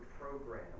program